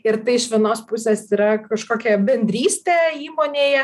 ir tai iš vienos pusės yra kažkokia bendrystė įmonėje